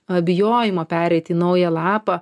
abejojimo pereit į naują lapą